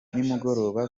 nimugoroba